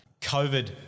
COVID